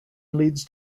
leads